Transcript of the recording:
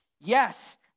Yes